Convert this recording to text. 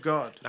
God